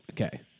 Okay